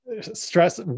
stress